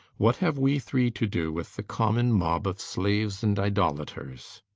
what have we three to do with the common mob of slaves and idolaters?